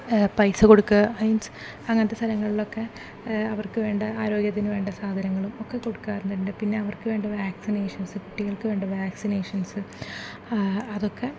പൈസ കൊടുക്കുക മീൻസ് അങ്ങനത്തെ സ്ഥലങ്ങളിലൊക്കെ അവർക്ക് വേണ്ട ആരോഗ്യത്തിന് വേണ്ട സാധനങ്ങളും ഒക്കെ കൊടുക്കാറുണ്ട് ൻ്റെ പിന്നെ അവർക്ക് വേണ്ട വാക്സിനേഷൻസ് കുട്ടികൾക്ക് വേണ്ട വാക്സിനേഷൻസ് അതൊക്കെ